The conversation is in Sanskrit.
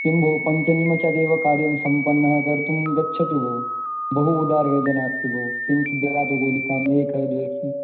किं भो पञ्चनिमिषादेव कार्यं सम्पन्नः कर्तुं गच्छतु भो बहु उदरवेदना अस्ति भो किञ्चिद् ददातु गुलिकाम् एकं द्वे